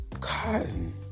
cotton